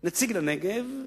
נציג לנגב,